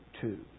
two